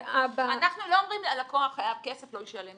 אנחנו לא אומרים הלקוח חייב כסף לא ישלם,